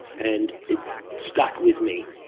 and it stuck with me.